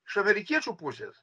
iš amerikiečių pusės